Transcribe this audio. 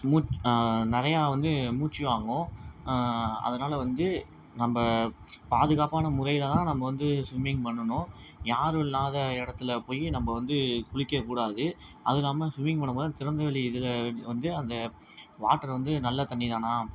மூச் நிறையா வந்து மூச்சு வாங்கும் அதனால் வந்து நம்ம பாதுகாப்பான முறையில் தான் நம்ம வந்து ஸ்விம்மிங் பண்ணணும் யாரும் இல்லாத இடத்துலப் போய் நம்ம வந்து குளிக்கக்கூடாது அதுவும் இல்லாமல் ஸ்விம்மிங் பண்ணும்போது அந்த திறந்த வெளி இதில் வந்து அந்த வாட்ரு வந்து நல்லத் தண்ணி தானா